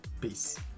Peace